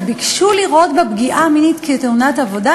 שביקשו לראות בפגיעה המינית תאונת עבודה,